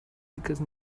because